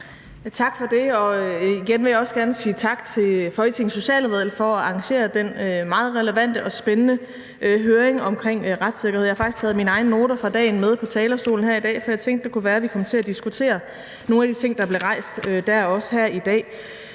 Tak for det. Igen vil jeg også gerne sige tak til Folketingets Social- og Indenrigsudvalg for at arrangere den meget relevante og spændende høring om retssikkerhed. Jeg har faktisk taget mine egne noter fra dagen med på talerstolen her i dag, for jeg tænkte, at det kunne være, at vi kom til at diskutere nogle af de ting, der blev rejst der, her i dag.